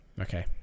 Okay